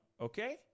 Okay